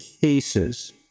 cases